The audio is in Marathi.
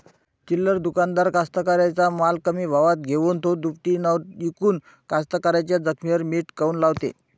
चिल्लर दुकानदार कास्तकाराइच्या माल कमी भावात घेऊन थो दुपटीनं इकून कास्तकाराइच्या जखमेवर मीठ काऊन लावते?